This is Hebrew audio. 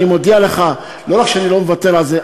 אני מודיע לך: לא רק שאני לא מוותר על זה,